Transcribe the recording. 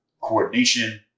coordination